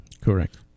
correct